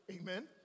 Amen